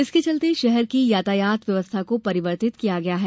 इसके चलते शहर की यातायात व्यवस्था को परिवर्तित किया गया है